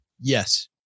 Yes